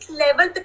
level